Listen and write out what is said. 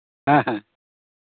ᱦᱮᱸ ᱦᱮᱸ